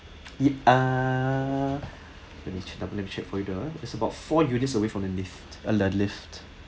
uh let me check double and check for you ya it's about four units away from the lift the the lift